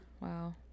wow